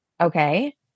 Okay